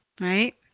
Right